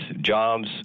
jobs